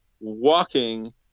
walking